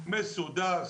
מסודר,